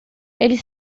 eles